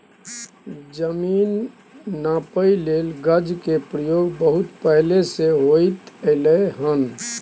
जमीन नापइ लेल गज के प्रयोग बहुत पहले से होइत एलै हन